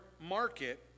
market